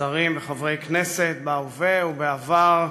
שרים וחברי כנסת בהווה ובעבר,